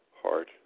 heart